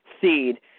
Seed